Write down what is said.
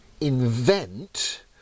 invent